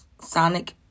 sonic